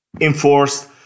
enforced